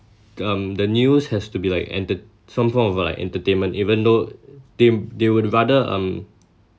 um the news has to be like entert~ some form of like entertainment even though they they would rather um